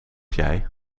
jij